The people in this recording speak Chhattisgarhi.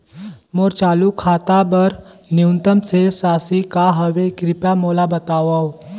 मोर चालू खाता बर न्यूनतम शेष राशि का हवे, कृपया मोला बतावव